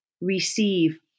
receive